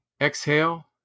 Exhale